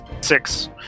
six